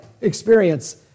experience